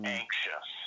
anxious